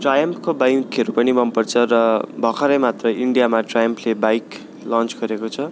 ट्राइम्पको बाइकहरू पनि मन पर्छ र भर्खरै मात्र इन्डियामा ट्राइम्पले बाइक लन्च गरेको छ